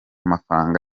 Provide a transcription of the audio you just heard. mafaranga